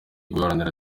guharanira